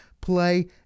play